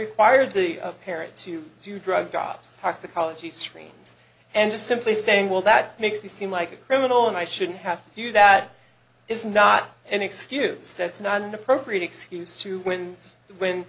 require the parents to do drug ops toxicology screen and just simply saying well that makes me seem like a criminal and i shouldn't have to do that is not an excuse that's not an appropriate excuse to win w